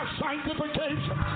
sanctification